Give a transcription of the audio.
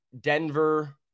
Denver